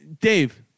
Dave